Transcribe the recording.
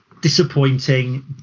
disappointing